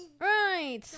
Right